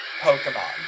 Pokemon